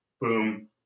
boom